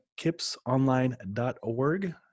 Kipsonline.org